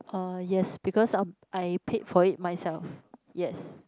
uh yes because um I paid for it myself yes